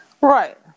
right